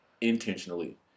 intentionally